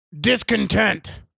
Discontent